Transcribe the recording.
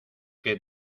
que